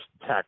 tech